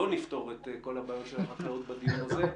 לא נפתור את כל בעיות החקלאות בדיון הזה.